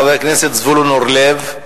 חבר הכנסת זבולון אורלב,